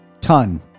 ton